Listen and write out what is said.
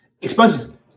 Expenses